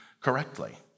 correctly